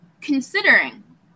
Considering